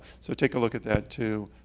so take a look at that too.